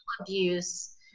abuse